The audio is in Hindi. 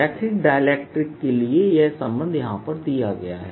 रैखिक डाइलेक्ट्रिक्स के लिए यह संबंध यहां पर दिया गया है